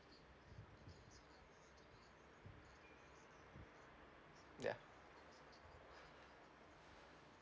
ya